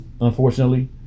unfortunately